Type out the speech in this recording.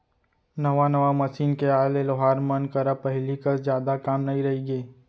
नवा नवा मसीन के आए ले लोहार मन करा पहिली कस जादा काम नइ रइगे